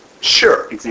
Sure